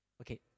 Okay